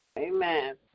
Amen